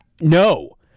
no